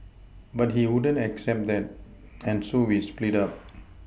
but he wouldn't accept that and so we split up